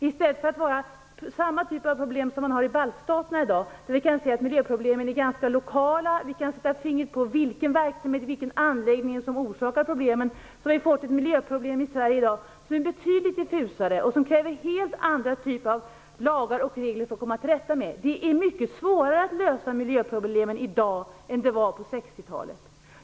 I stället för den typ av problem som man i dag har i baltstaterna, där miljöproblemen är ganska lokala - man kan sätta fingret på vilken verksamhet eller vilken anläggning som orsakar problemen - har vi i Sverige i dag fått miljöproblem som är betydligt diffusare och som det krävs helt andra typer av lagar och regler för att komma till rätta med. Det är mycket svårare att lösa miljöproblemen i dag än det var på 60-talet.